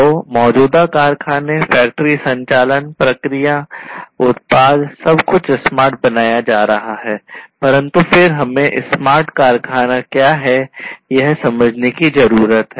तो मौजूदा कारखाने फ़ैक्टरी संचालन प्रक्रिया उत्पाद सब कुछ स्मार्ट बनाया जा रहा है परन्तु फिर हमें स्मार्ट कारखाना क्या है यह समझने की जरूरत है